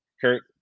kurt